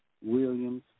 Williams